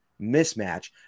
mismatch